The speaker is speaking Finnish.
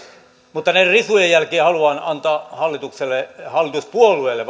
mutta näiden risujen jälkeen haluan antaa hallituspuolueille